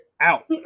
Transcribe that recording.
out